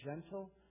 gentle